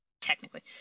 Technically